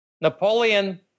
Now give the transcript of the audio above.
Napoleon